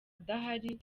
adahari